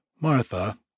Martha